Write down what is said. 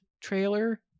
trailer